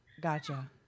Gotcha